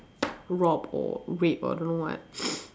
robbed or raped or don't know what